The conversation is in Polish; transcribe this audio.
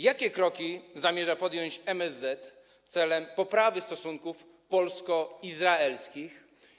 Jakie kroki zamierza podjąć MSZ celem poprawy stosunków polsko-izraelskich?